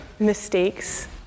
mistakes